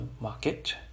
market